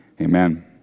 Amen